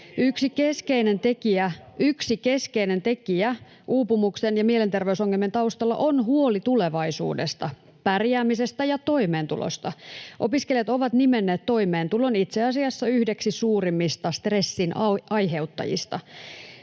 Yksi keskeinen tekijä uupumuksen ja mielenterveysongelmien taustalla on huoli tulevaisuudesta, pärjäämisestä ja toimeentulosta. Opiskelijat ovat nimenneet toimeentulon itse asiassa yhdeksi suurimmista stressin aiheuttajista.